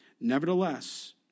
Nevertheless